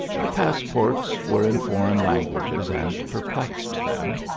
the passports were in foreign languages and perplexed them,